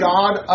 God